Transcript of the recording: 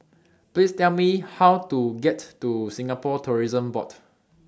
Please Tell Me How to get to Singapore Tourism Board